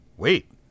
wait